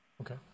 Okay